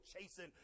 chasing